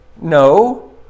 No